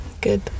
good